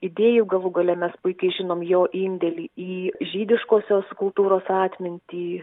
idėjų galų gale mes puikiai žinom jo indėlį į žydiškosios kultūros atmintį